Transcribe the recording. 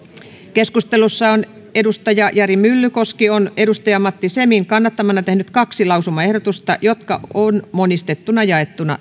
keskustelussa on jari myllykoski matti semin kannattamana tehnyt kaksi lausumaehdotusta jotka on monistettuna jaettu